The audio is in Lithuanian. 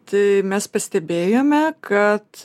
tai mes pastebėjome kad